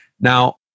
Now